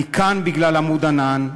אני כאן בגלל "עמוד ענן".